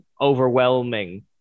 overwhelming